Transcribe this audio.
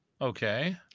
okay